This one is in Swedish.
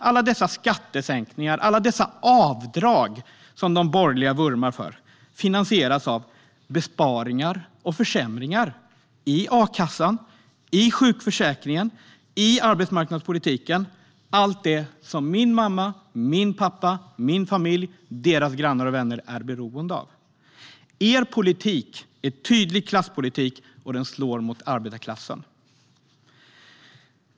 Alla dessa skattesänkningar, alla dessa avdrag som de borgerliga vurmar för finansieras av besparingar och försämringar av a-kassan, sjukförsäkringen och arbetsmarknadspolitiken. Allt det är min mamma, min pappa, min familj och deras grannar och vänner beroende av. De borgerligas politik är tydlig klasspolitik, och den slår mot arbetarklassen.